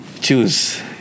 Choose